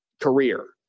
career